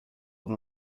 than